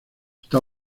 está